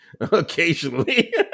occasionally